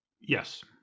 Yes